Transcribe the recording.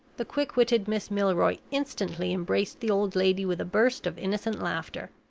the quick-witted miss milroy instantly embraced the old lady with a burst of innocent laughter.